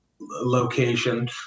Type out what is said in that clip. location